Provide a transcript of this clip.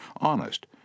honest